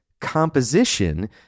composition